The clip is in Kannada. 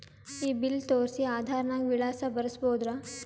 ಈ ಬಿಲ್ ತೋಸ್ರಿ ಆಧಾರ ನಾಗ ವಿಳಾಸ ಬರಸಬೋದರ?